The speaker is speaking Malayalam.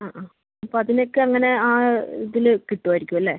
ആ ആ അപ്പം അതിനൊക്കെ അങ്ങനെ ആ ഇതിൽ കിട്ടുമായിരിക്കും അല്ലേ